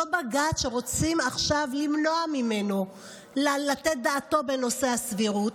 אותו בג"ץ שרוצים עכשיו למנוע ממנו לתת דעתו בנושא הסבירות,